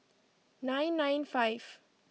nine nine five